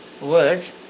words